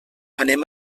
anem